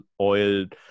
oiled